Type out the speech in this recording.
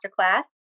Masterclass